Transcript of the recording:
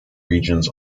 regions